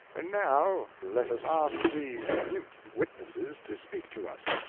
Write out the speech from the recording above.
and now let us ask these mute witnesses to speak to us.